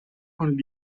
von